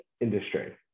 industry